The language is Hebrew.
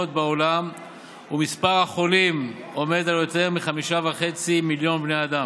שלהיות חלק מהעם היהודי זה הרבה מעבר לאיזושהי דווקנות כזאת או אחרת.